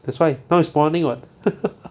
that's why now is morning [what]